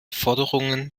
forderungen